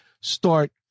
start